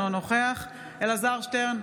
אינו נוכח אלעזר שטרן,